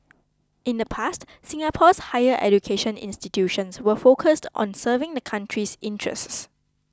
in the past Singapore's higher education institutions were focused on serving the country's interests